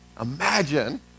Imagine